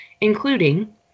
including